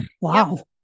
wow